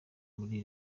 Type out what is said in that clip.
muri